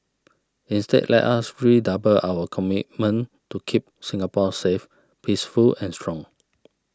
instead let us redouble our commitment to keep Singapore safe peaceful and strong